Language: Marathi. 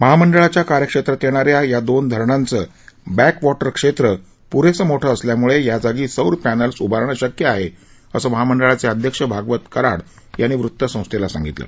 महामंडळाच्या कार्यकक्षेत येणा या या दोन धरणांचं बॅक वॉटर क्षेत्र पुरेसं मोठं असल्यामुळे या जागी सौर पॅनल्स उभारणं शक्य आहे असं महामंडळाचे अध्यक्ष भागवत कराड यांनी वृत्तसंस्थेला सांगितलं